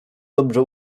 dobrze